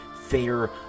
fair